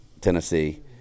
Tennessee